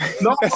No